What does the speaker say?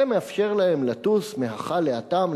זה מאפשר להם לטוס מהכא להתם,